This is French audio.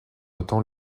autant